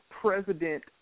president